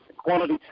quality